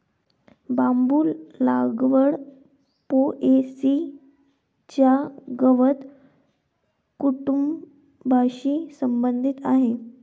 बांबू लागवड पो.ए.सी च्या गवत कुटुंबाशी संबंधित आहे